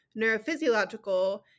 neurophysiological